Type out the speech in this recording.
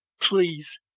Please